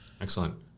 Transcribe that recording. Excellent